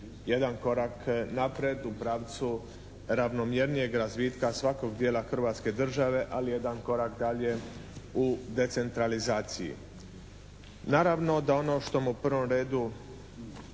jedan korak naprijed u pravcu ravnomjernijeg razvitka svakog dijela Hrvatske države ali jedan korak dalje u decentralizaciji. Naravno da ono što u prvom redu